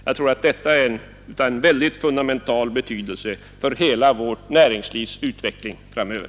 Jag tror att detta är av mycket fundamental betydelse för hela vårt näringslivs utveckling framöver.